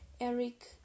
Eric